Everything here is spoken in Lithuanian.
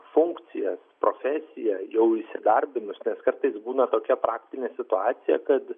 funkcijas profesiją jau įsidarbinus nes kartais būna tokia praktinė situacija kad